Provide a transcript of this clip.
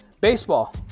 Baseball